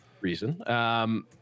reason